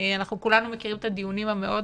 אנחנו כולנו מכירים את הדיונים המאוד